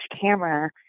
camera